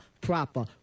Proper